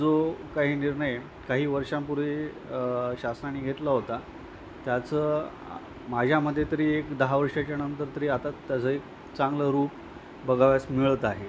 जो काही निर्णय काही वर्षांपूर्वी शासनाने घेतला होता त्याचं माझ्यामते तरी एक दहा वर्षाच्यानंतर तरी आता त्याचं एक चांगलं रूप बघावयास मिळत आहे